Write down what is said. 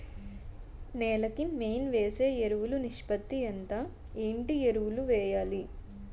నేల కి మెయిన్ వేసే ఎరువులు నిష్పత్తి ఎంత? ఏంటి ఎరువుల వేయాలి?